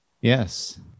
Yes